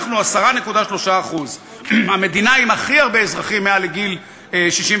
אנחנו 10.3%. המדינה עם הכי הרבה אזרחים מעל לגיל 65,